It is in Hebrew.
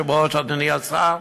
אדוני היושב-ראש, אדוני השר,